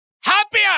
happier